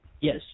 Yes